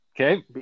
Okay